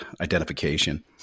identification